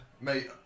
Mate